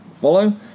follow